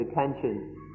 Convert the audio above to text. attention